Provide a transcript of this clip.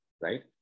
right